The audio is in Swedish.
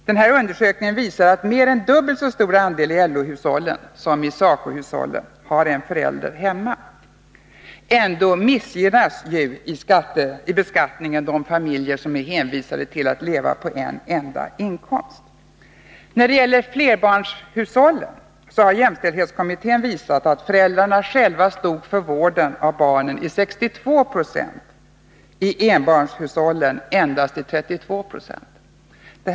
Denna undersökning visar att mer än dubbelt så stor andel i LO-hushållen som i SACO-hushållen har en förälder hemma. Ändå missgynnas vid beskattningen de familjer som är hänvisade till att leva på en enda inkomst. När det gäller flerbarnshushållen har jämställdhetskommittén visat att föräldrarna själva stod för vården av barnen i 62 20 av hushållen, och i enbarnshushållen endast 32 20.